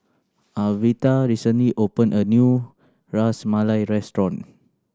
Alverta recently opened a new Ras Malai restaurant